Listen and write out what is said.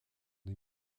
des